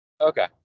Okay